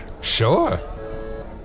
Sure